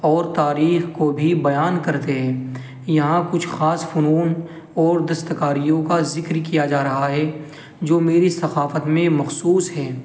اور تاریخ کو بھی بیان کرتے ہیں یہاں کچھ خاص فنون اور دستکاریوں کا ذکر کیا جا رہا ہے جو میری ثقافت میں مخصوص ہیں